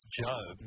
job